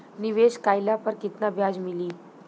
निवेश काइला पर कितना ब्याज मिली?